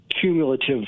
cumulative